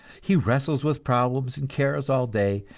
he wrestles with problems and cares all day,